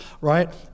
right